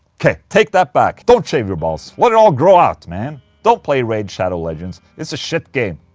okay, take that back. don't shave your balls, let it all grow out man. don't play raid shadow legends. it's a shit game.